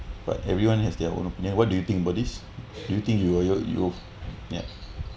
but everyone has their own opinion what do you think about this do you think you your you yup